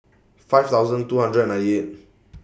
five thousand two hundred and ninety eighth